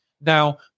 Now